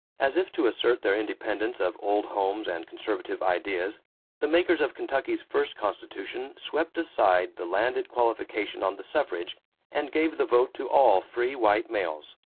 as if to assert their independence of old homes and conservative ideas the makers of kentucky's first constitution swept aside the landed qualification on the suffrage and gave the vote to all free white males.